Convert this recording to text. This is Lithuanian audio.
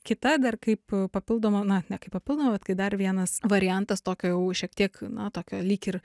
kita dar kaip papildoma na ne kaip papildoma bet kai dar vienas variantas tokio jau šiek tiek na tokio lyg ir